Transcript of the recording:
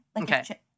Okay